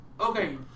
Okay